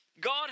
God